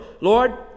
Lord